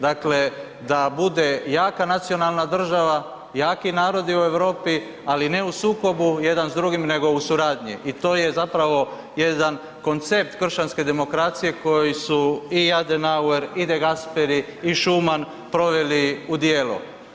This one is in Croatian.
Dakle, da bude jaka nacionalna država, jaki narodi u Europi, ali ne u sukobu jedan s drugim nego u suradnji i to je zapravo jedan koncept kršćanske demokracije koji su i Adenauer i De Gasperi i Schumana proveli u djelo.